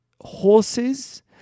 horses